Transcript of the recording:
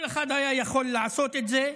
כל אחד היה יכול לעשות את זה,